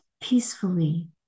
peacefully